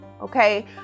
Okay